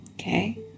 Okay